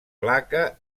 placa